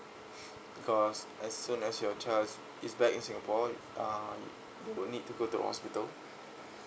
because as soon as your child is is back in singapore uh you would need to go to hospital